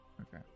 Okay